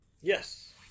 Yes